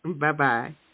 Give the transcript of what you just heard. Bye-bye